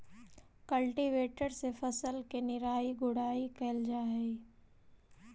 cultivator से फसल के निराई गुडाई कैल जा हई